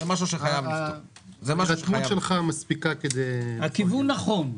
הכיוון נכון.